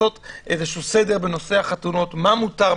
סדר בנושא החתונות - מה מותר,